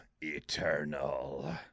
eternal